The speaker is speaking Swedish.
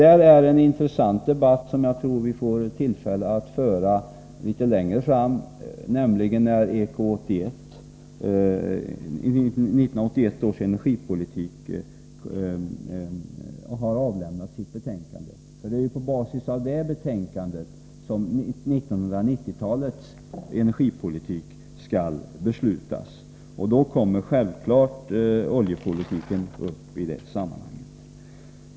Det är en intressant debatt som jag tror att vi får tillfälle att föra litet längre fram, nämligen när 1981 års energikommitté har avlämnat sitt betänkande. Det är ju på basis av det betänkandet som 1990-talets energipolitik skall beslutas. I det sammanhanget kommer självfallet oljepolitiken upp till debatt.